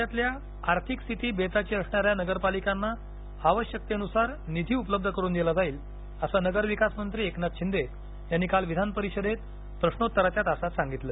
राज्यातल्या आर्थिक स्थिती बेताची असणाऱ्या नगरपालिकांना आवश्यकतेनुसार निधी उपलब्ध करून दिला जाईल असं नगरविकास मंत्री एकनाथ शिंदे यांनी काल विधान परिषदेत प्रश्नोत्तराच्या तासात सांगितलं